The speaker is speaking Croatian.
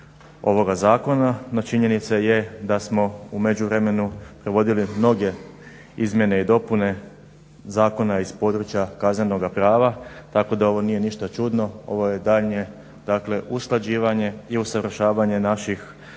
ovoga zakona, no činjenica je da smo u međuvremenu provodili mnoge izmjene i dopune zakona iz područja kaznenoga prava tako da ovo nije ništa čudno, ovo je daljnje usklađivanje i usavršavanje naših zakona